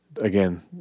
Again